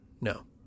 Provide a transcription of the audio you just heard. No